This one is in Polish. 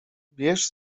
wiesz